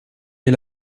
mes